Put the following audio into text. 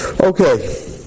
Okay